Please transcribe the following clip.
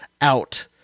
out